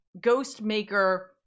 Ghostmaker